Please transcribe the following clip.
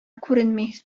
күренми